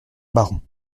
baron